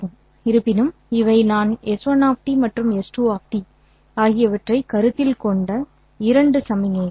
இருப்பினும் இவை நான் s1 மற்றும் s2 ஆகியவற்றைக் கருத்தில் கொண்ட இரண்டு சமிக்ஞைகள்